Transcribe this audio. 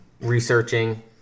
researching